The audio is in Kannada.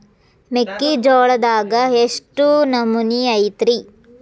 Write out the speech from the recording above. ಮೆಕ್ಕಿಜೋಳದಾಗ ಎಷ್ಟು ನಮೂನಿ ಐತ್ರೇ?